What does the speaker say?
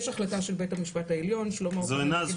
יש החלטה של בית המשפט העליון --- זו אינה זכות.